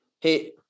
hey